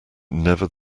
never